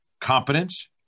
competence